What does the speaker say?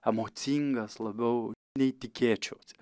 emocingas labiau nei tikėčiausi